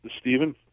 Stephen